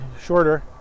shorter